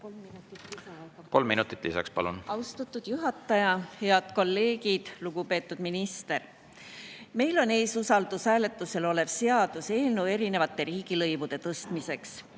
Kolm minutit lisaks, palun! Austatud juhataja! Head kolleegid! Lugupeetud minister! Meil on ees usaldushääletusel olev seaduseelnõu erinevate riigilõivude tõstmiseks.